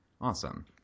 Awesome